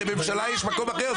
לממשלה יש מקום אחר,